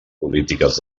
polítiques